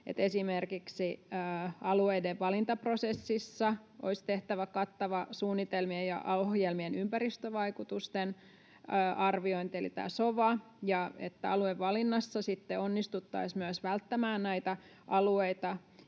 esimerkiksi alueiden valintaprosessissa olisi tehtävä kattava suunnitelmien ja ohjelmien ympäristövaikutusten arviointi eli tämä sova, niin että aluevalinnassa sitten onnistuttaisiin myös välttämään näitä alueita,